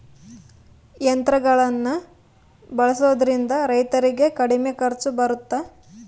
ಯಂತ್ರಗಳನ್ನ ಬಳಸೊದ್ರಿಂದ ರೈತರಿಗೆ ಕಡಿಮೆ ಖರ್ಚು ಬರುತ್ತಾ?